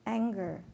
anger